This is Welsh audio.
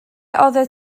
oeddet